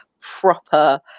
proper